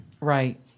Right